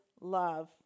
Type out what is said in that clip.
love